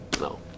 no